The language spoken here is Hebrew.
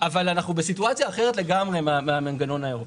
אבל אנחנו בסיטואציה אחרת לגמרי מהמנגנון האירופאי,